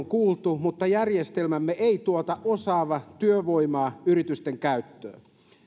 kuultu mutta järjestelmämme ei tuota osaavaa työvoimaa yritysten käyttöön